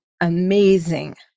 amazing